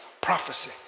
prophecy